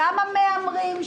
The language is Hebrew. אומרים לאותם ישראלים שמהמרים: